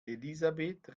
elisabeth